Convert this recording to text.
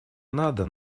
надо